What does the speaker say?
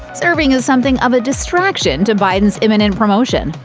serving as something of a distraction to biden's imminent promotion.